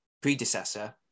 predecessor